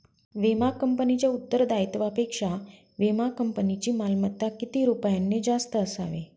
विमा कंपनीच्या उत्तरदायित्वापेक्षा विमा कंपनीची मालमत्ता किती रुपयांनी जास्त असावी?